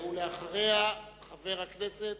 אחריה, חבר הכנסת